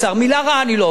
מלה רעה אני לא אומר.